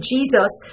Jesus